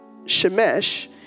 Shemesh